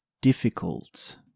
difficult